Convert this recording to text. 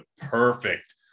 perfect